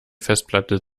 festplatte